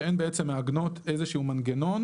שהן בעצם מעגנות איזשהו מנגנון